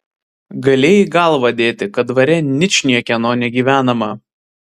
galėjai galvą dėti kad dvare ničniekieno negyvenama